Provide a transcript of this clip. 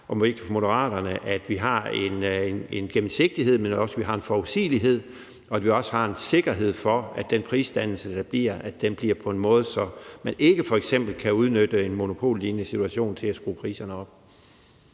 for Moderaterne, at vi har en gennemsigtighed, men også, at vi har en forudsigelighed i og en sikkerhed for, at den prisdannelse bliver på en måde, så man ikke f.eks. kan udnytte en monopollignende situation til at skrue priserne op.